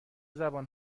زبان